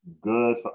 good